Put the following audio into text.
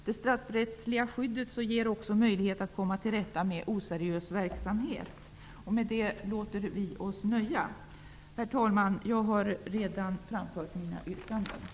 Det straffrättsliga skyddet ger också möjlighet att komma till rätta med oseriös verksamhet. Med det låter vi oss nöja. Herr talman! Jag har redan framfört mina yrkanden.